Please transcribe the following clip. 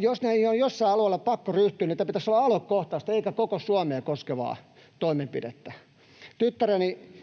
jos niihin ei ole joillain alueilla pakko ryhtyä, niin tämän pitäisi olla aluekohtaista eikä koko Suomea koskeva toimenpide.